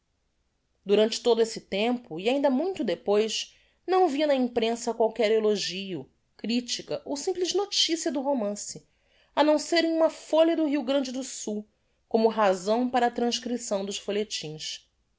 durante todo esse tempo e ainda muito depois não vi na imprensa qualquer elogio critica ou simples noticia do romance á não ser em uma folha do rio grande do sul como razão para a transcripção dos